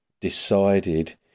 decided